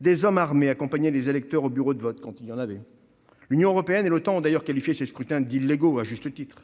Des hommes armés accompagnaient les électeurs aux bureaux de vote, quand il y en avait ... L'Union européenne et l'Otan ont d'ailleurs qualifié ces scrutins d'« illégaux », à juste titre.